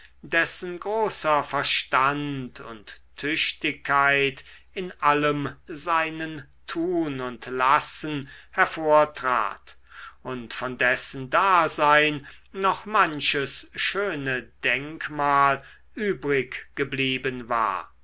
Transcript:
dessen großer verstand und tüchtigkeit in allem seinen tun und lassen hervortrat und von dessen dasein noch manches schöne denkmal übrig geblieben war